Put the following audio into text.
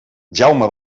jaume